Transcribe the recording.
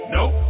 Nope